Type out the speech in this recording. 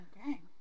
okay